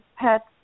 pets